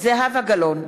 זהבה גלאון,